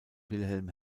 wilhelm